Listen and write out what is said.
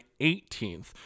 18th